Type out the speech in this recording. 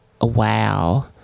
wow